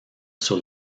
sur